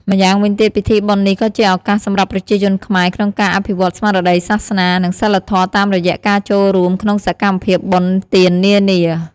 ម្យ៉ាងវិញទៀត ពិធីបុណ្យនេះក៏ជាឱកាសសម្រាប់ប្រជាជនខ្មែរក្នុងការអភិវឌ្ឍន៍ស្មារតីសាសនា និងសីលធម៌តាមរយៈការចូលរួមក្នុងសកម្មភាពបុណ្យទាននានា។